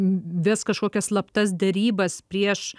ves kažkokias slaptas derybas prieš